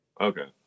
Okay